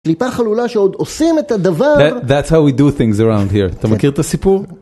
קליפה חלולה שעוד עושים את הדבר. that's how we do things around here ‫אתה מכיר את הסיפור?